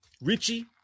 Richie